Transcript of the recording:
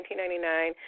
1999